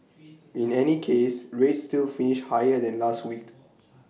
in any case rates still finished higher than last week